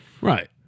Right